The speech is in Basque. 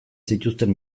zituzten